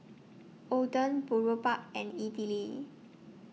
Oden Boribap and Idili